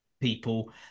people